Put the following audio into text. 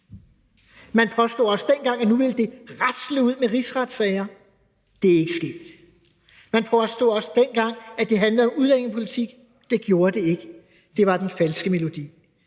Man påstod også dengang, at det ville rasle ud med rigsretssager. Det er ikke sket. Man påstod også dengang, at det handlede om udlændingepolitik. Det gjorde det ikke. Det var den falske melodi.